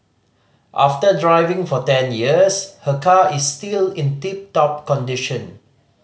after driving for ten years her car is still in tip top condition